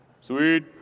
Sweet